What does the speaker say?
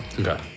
Okay